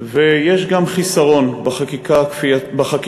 ויש גם חיסרון בחקיקה,